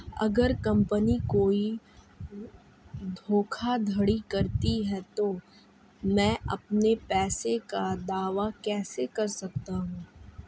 अगर कंपनी कोई धोखाधड़ी करती है तो मैं अपने पैसे का दावा कैसे कर सकता हूं?